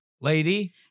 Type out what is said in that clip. lady